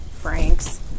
Franks